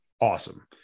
awesome